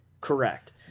correct